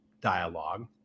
dialogue